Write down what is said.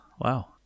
wow